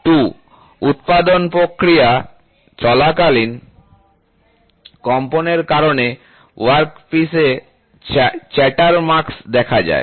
2 উত্পাদন প্রক্রিয়া চলাকালীন কম্পনের কারণে ওয়র্কপিসে চাটার মার্ক্স্ দেখা যায়